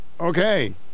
Okay